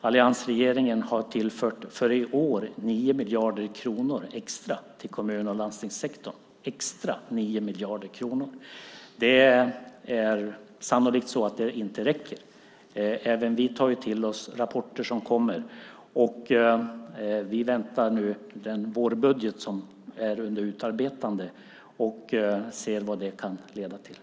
Alliansregeringen har för i år tillfört 9 miljarder kronor extra till kommun och landstingssektorn. 9 miljarder kronor extra. Det är sannolikt att det inte räcker. Även vi tar till oss rapporter som kommer, och vi väntar nu på den vårbudget som är under utarbetande och ser vad det kan leda till.